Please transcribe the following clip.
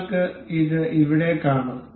നിങ്ങൾക്ക് ഇത് ഇവിടെ കാണാം